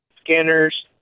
scanners